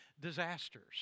disasters